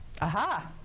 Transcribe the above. Aha